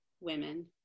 women